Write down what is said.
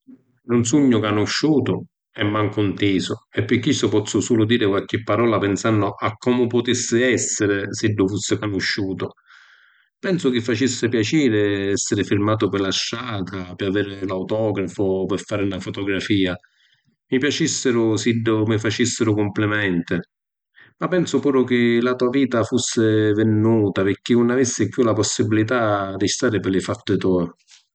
Nun sugnu canusciutu e mancu ‘ntisu e pi chistu pozzu sulu diri qualchi palora pinsannu a comu putissi esseri s’iddu fussi canusciutu. Pensu chi facissi piaciri esseri firmatu pi la strata pi aviri l’autografu o pi fari na fotografia, mi piacissiru s’iddu mi facissiru cumplimenti. Ma pensu puru chi la to’ vita fussi vinnuta, pirchì nun avissi chiù la possibilità di stari pi li fatti to’.